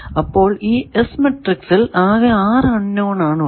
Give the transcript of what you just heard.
അപ്പോൾ ഈ S മാട്രിക്സിൽ ആകെ 6 അൺ നോൺ ആണ് ഉള്ളത്